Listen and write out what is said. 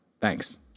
Thanks